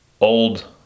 old